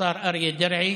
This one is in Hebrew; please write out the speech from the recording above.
השר אריה דרעי,